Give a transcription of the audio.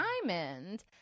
diamond